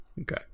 Okay